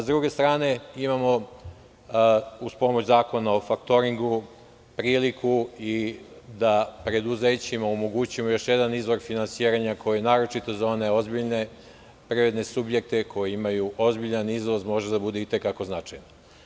S druge strane imamo, uz pomoć zakona o faktoringu, priliku da preduzećima omogućimo još jedan izvor finansiranja koji, naročito za one ozbiljne privredne subjekte koji imaju ozbiljan izvoz, može da bude i te kako značajan.